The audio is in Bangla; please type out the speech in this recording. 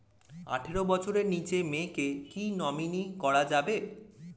আঠারো বছরের নিচে মেয়েকে কী নমিনি করা যাবে?